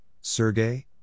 Sergey